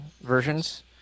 versions